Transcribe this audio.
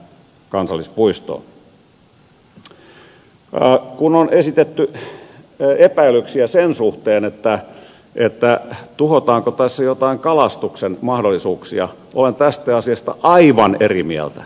kun on esitetty epäilyksiä sen suhteen tuhotaanko tässä joitain kalastuksen mahdollisuuksia olen tästä asiasta aivan eri mieltä